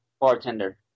bartender